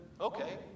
okay